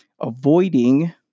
avoiding